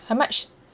how much